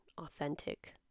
authentic